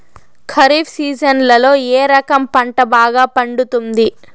ఖరీఫ్ సీజన్లలో ఏ రకం పంట బాగా పండుతుంది